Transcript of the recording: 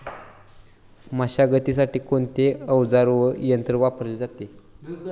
मशागतीसाठी कोणते अवजारे व यंत्र वापरले जातात?